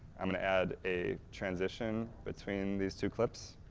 i'm going to add a transition between these two clips.